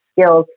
skills